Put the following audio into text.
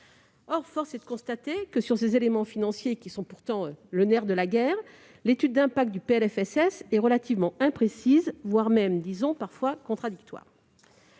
Or force est de constater que, sur ces éléments financiers qui sont pourtant le nerf de la guerre, l'étude d'impact du PLFSS est relativement imprécise, voire parfois contradictoire.